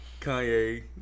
Kanye